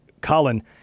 Colin